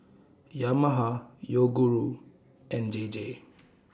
Yamaha Yoguru and JJ